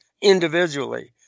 individually